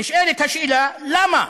נשאלת השאלה: למה?